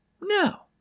No